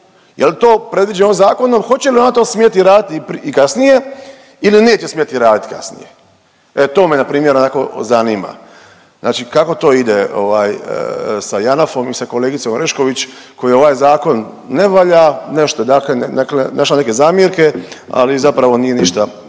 Jel' to predviđeno ovim zakonom? Hoće li ona to smjeti raditi i kasnije ili neće smjeti raditi kasnije? To me na primjer onako zanima. Znači kako to ide sa JANAF-om i sa kolegicom Orešković kojoj ovaj zakon ne valja, našla je neke zamjerke, ali zapravo nije ništa